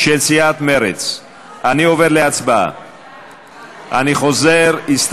של חברי הכנסת זהבה גלאון, אילן גילאון, עיסאווי